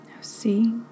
see